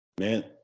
Man